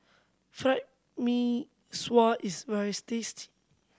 fry Mee Sua is very tasty